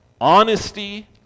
honesty